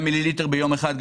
100 מיליליטר ביום אחד.